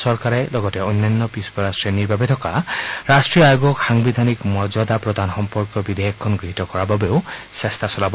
চৰকাৰে লগতে অন্যান্য পিছপৰা শ্ৰেণীৰ বাবে থকা ৰাষ্ট্ৰীয় আয়োগক সাংবিধানিক মৰ্যাদা প্ৰদান সম্পৰ্কীয় বিধেয়কখন গৃহীত কৰাৰ বাবেও চেষ্টা চলাব